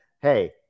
hey